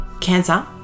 Cancer